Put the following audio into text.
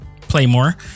Playmore